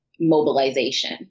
mobilization